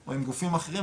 או עם גופים אחרים,